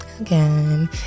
again